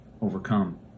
overcome